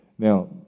Now